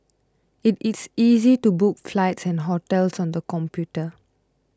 it is easy to book flights and hotels on the computer